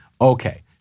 Okay